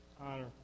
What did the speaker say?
honor